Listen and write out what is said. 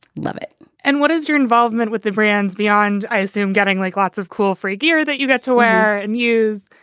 love it and what is your involvement with the brands beyond, i assume, getting like lots of cool free gear that you get to wear and use?